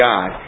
God